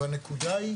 הנקודה היא